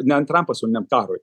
ne antram pasauliniam karui